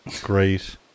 great